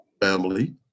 family